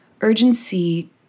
urgency